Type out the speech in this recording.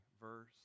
verse